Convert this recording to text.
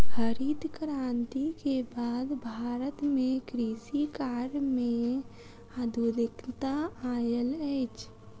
हरित क्रांति के बाद भारत में कृषि कार्य में आधुनिकता आयल अछि